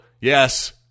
yes